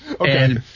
Okay